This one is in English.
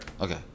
Okay